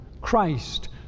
Christ